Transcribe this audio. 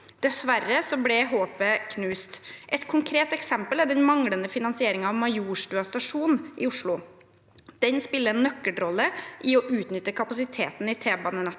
Dessverre ble håpet knust. Et konkret eksempel er den manglende finansieringen av Majorstuen stasjon i Oslo. Den spiller en nøkkelrolle i å utnytte kapasiteten i T-banenettet